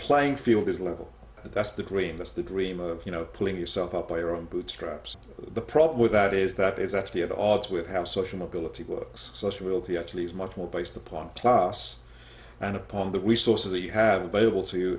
playing field is level that's the dream that's the dream of you know pulling yourself up by your own bootstraps the problem with that is that it's actually at odds with have social mobility works social reality actually is much more based upon class and upon the resources that you have available to you